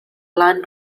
land